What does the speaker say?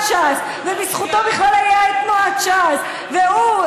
ש"ס ובזכותו בכלל הייתה תנועת ש"ס והוא,